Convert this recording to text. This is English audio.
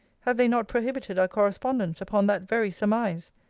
have they not prohibited our correspondence upon that very surmise?